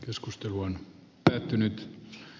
keskustelu on päättynyt